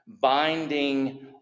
binding